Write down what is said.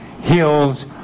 heals